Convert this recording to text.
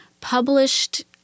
published